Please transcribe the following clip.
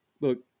look